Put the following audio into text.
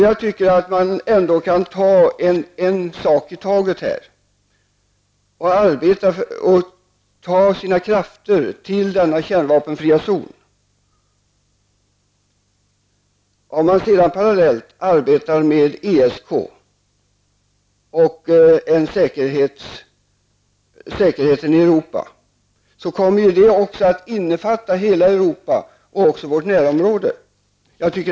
Jag tycker att vi skall ta en sak i taget och först sätta in våra krafter på att få till stånd denna kärnvapenfria zon. Om förhandlingarna inom ESKs ram leder till säkerhetsskapande åtgärder i Europa, då innefattar det hela Norden, dvs. våra närområden.